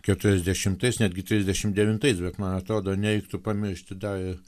keturiasdešimais netgi trisdešim devintais bet man atrodo nereiktų pamiršti dar